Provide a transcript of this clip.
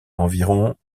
environ